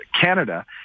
Canada